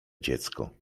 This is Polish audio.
dziecko